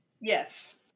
Yes